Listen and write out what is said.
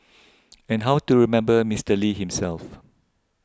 and how to remember Mister Lee himself